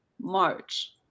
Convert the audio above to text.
March